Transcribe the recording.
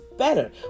better